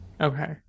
Okay